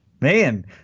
man